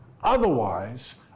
Otherwise